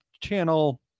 channel